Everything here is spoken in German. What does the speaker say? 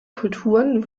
kulturen